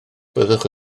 byddwch